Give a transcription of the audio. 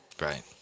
Right